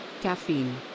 Caffeine